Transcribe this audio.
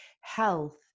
health